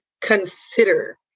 consider